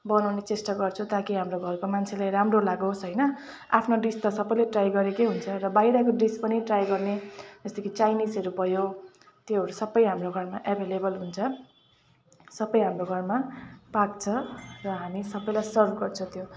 बनाउने चेष्टा गर्छौँ ताकि हाम्रो घरको मान्छेले राम्रो लागोस् होइन आफ्नो डिस त सबैले ट्राई गरेकै हुन्छ र बाहिरको डिस पनि ट्राई गर्ने जस्तो कि चाइनिजहरू भयो त्योहरू सबै हाम्रो घरमा एभाइलेबल हुन्छ सबै हाम्रो घरमा पाक्छ र हामी सबैलाई सर्भ गर्छौँ त्यो